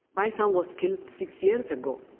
my son was killed six years ago.